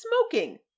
smoking